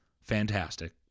fantastic